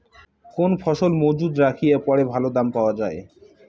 কোন ফসল মুজুত রাখিয়া পরে ভালো দাম পাওয়া যায়?